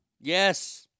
Yes